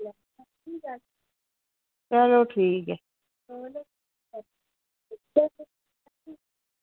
चलो ठीक ऐ